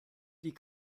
die